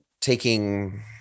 taking